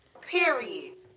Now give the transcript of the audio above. Period